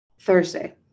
Thursday